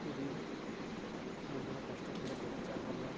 ତେବେ ମୁଣ୍ଡର କଷ୍ଟ ଥିଲେ ବଗିଚା ଗଲେ